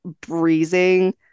breezing